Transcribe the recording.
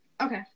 Okay